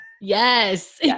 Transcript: Yes